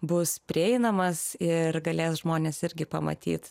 bus prieinamas ir galės žmonės irgi pamatyt